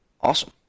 Awesome